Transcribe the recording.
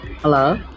Hello